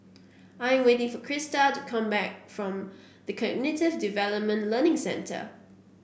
I am waiting for Krysta to come back from The Cognitive Development Learning Centre